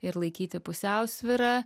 ir laikyti pusiausvyrą